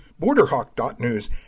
Borderhawk.news